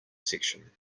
section